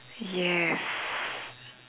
yes